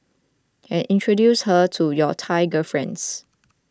and introduce her to your Thai girlfriends